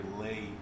late